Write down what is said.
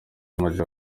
maj